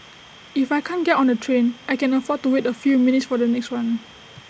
if I can't get on the train I can afford to wait A few minutes for the next one